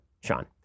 Sean